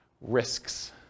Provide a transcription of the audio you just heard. Risks